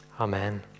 Amen